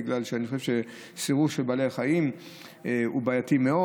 בגלל שאני חושב שסירוס של בעלי החיים הוא בעייתי מאוד,